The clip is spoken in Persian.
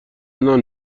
نان